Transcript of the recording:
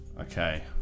Okay